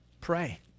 Pray